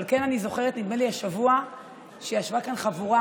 אבל אני כן זוכרת שנדמה לי שהשבוע ישבה כאן חבורה